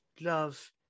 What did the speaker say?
love